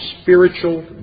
spiritual